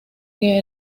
que